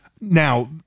Now